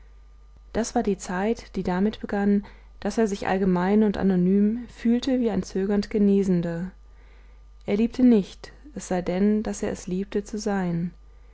das war die zeit die damit begann daß er sich allgemein und anonym fühlte wie ein zögernd genesender er liebte nicht es sei denn daß er es liebte zu sein